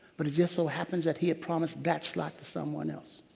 but it just so happened that he had promised that slot to someone else.